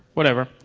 whatever.